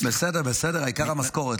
בסדר, בסדר, העיקר המשכורת.